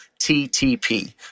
TTP